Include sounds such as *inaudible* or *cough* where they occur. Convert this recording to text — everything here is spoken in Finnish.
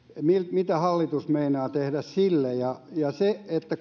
mitä hallitus meinaa tehdä sille ja ja se että *unintelligible*